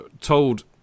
told